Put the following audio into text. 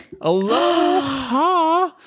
Aloha